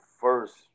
first